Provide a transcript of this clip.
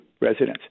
residents